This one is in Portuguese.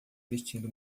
vestindo